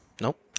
Nope